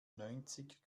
neunzig